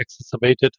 exacerbated